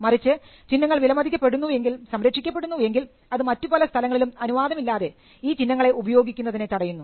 മറിച്ച് ചിഹ്നങ്ങൾ വിലമതിക്കപ്പെടുന്നു എങ്കിൽ സംരക്ഷിക്കപ്പെടുന്നു എങ്കിൽ അത് മറ്റു പല സ്ഥലങ്ങളിലും അനുവാദമില്ലാതെ ഈ ചിഹ്നങ്ങളെ ഉപയോഗിക്കുന്നതിനെ തടയുന്നു